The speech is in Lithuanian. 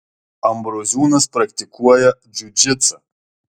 ambroziūnas praktikuoja džiudžitsą